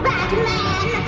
Batman